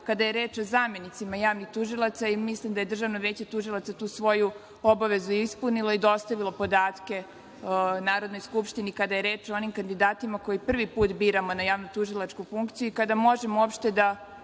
kada je reč o zamenicima javnih tužilaca i mislim da je Državno veće tužilaca tu svoju obavezu ispunila i dostavila podatke Narodnoj skupštini kada je reč o onim kandidatima koji prvi put biramo na javnotužilačku funkciju i kada možemo uopšte